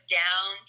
down